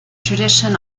tradition